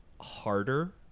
harder